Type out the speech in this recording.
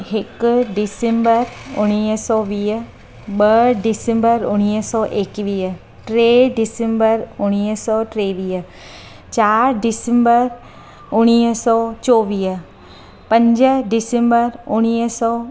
हिकु डिसंबर उणिवीह सौ वीह ॿ डिसंबर उणिवीह सौ एकवीह टे डिसंबर उणिवीह सौ टेवीह चारि डिसंबर उणिवीह सौ चोवीह पंज डिसंबर उणिवीह सौ